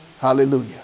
Hallelujah